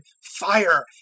fire